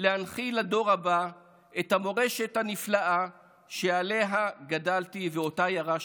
להנחיל לדור הבא את המורשת הנפלאה שעליה גדלתי ואותה ירשתי.